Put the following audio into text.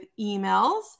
emails